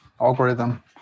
algorithm